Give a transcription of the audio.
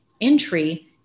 entry